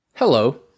Hello